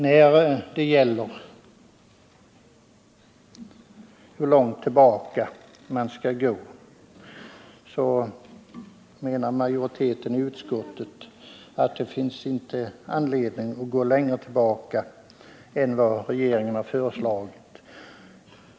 När det gäller hur långt tillbaka man skall gå menar utskottsmajoriteten att det inte finns anledning gå längre tillbaka än vad regeringen har föreslagit.